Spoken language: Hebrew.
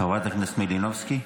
חברת הכנסת מלינובסקי.